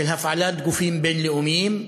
של הפעלת גופים בין-לאומיים,